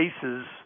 cases